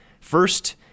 First